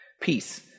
Peace